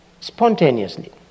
spontaneously